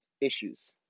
issues